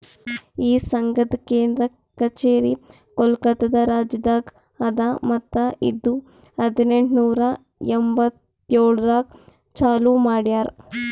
ಈ ಸಂಘದ್ ಕೇಂದ್ರ ಕಚೇರಿ ಕೋಲ್ಕತಾ ರಾಜ್ಯದಾಗ್ ಅದಾ ಮತ್ತ ಇದು ಹದಿನೆಂಟು ನೂರಾ ಎಂಬತ್ತೊಂದರಾಗ್ ಚಾಲೂ ಮಾಡ್ಯಾರ್